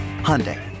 Hyundai